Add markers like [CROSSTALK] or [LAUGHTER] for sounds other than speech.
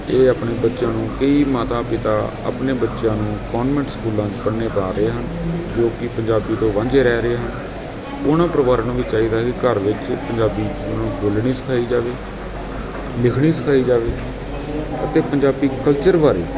ਇਹ ਆਪਣੇ ਬੱਚਿਆਂ ਨੂੰ ਕਈ ਮਾਤਾ ਪਿਤਾ ਆਪਣੇ ਬੱਚਿਆਂ ਨੂੰ ਕਾਨਵੈਂਟ ਸਕੂਲਾਂ 'ਚ ਪੜ੍ਹਨ ਪਾ ਰਹੇ ਹਨ ਜੋ ਕਿ ਪੰਜਾਬੀ ਤੋਂ ਵਾਂਝੇ ਰਹਿ ਰਹੇ ਹਨ ਉਹਨਾਂ ਪਰਿਵਾਰਾਂ ਨੂੰ ਵੀ ਚਾਹੀਦਾ ਵੀ ਘਰ ਵਿੱਚ ਪੰਜਾਬੀ [UNINTELLIGIBLE] ਬੋਲਣੀ ਸਿਖਾਈ ਜਾਵੇ ਲਿਖਣੀ ਸਿਖਾਈ ਜਾਵੇ ਅਤੇ ਪੰਜਾਬੀ ਕਲਚਰ ਬਾਰੇ